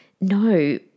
no